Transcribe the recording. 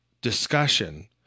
discussion